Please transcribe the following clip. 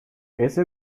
ese